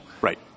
Right